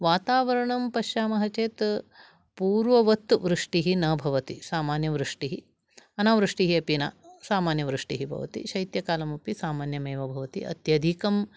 वातावरणं पश्यामः चेत् पूर्ववत् वृष्टिः न भवति सामान्यवृष्टिः अनावृष्टिः अपि न सामान्यवृष्टिः भवति शैत्यकालमपि सामान्यमेव भवति अत्यधिकं